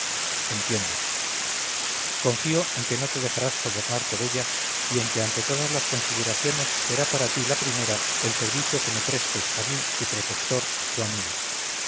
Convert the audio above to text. entiendo confío en que no te dejarás sobornar por ella y en que ante todas las consideraciones será para ti la primera el servicio que me prestes a mí tu protector tu amigo